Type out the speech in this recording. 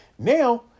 now